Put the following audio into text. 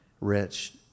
Rich